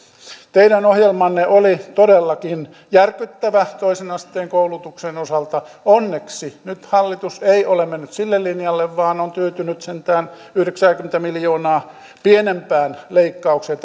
teidän ohjelmanne oli todellakin järkyttävä toisen asteen koulutuksen osalta onneksi nyt hallitus ei ole mennyt sille linjalle vaan on tyytynyt sentään kahdeksankymmentä miljoonaa pienempään leikkaukseen